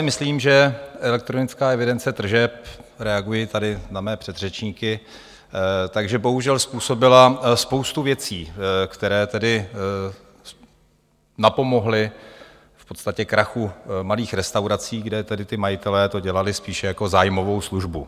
Myslím si, že elektronická evidence tržeb reaguji tady na své předřečníky bohužel způsobila spoustu věcí, které tedy napomohly v podstatě krachu malých restaurací, kde tedy ti majitelé to dělali spíše jako zájmovou službu.